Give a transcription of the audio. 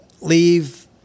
leave